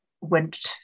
went